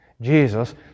Jesus